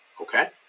Okay